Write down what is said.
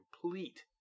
complete